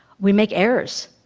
we make errors.